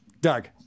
Doug